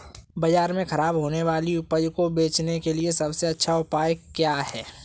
बाजार में खराब होने वाली उपज को बेचने के लिए सबसे अच्छा उपाय क्या है?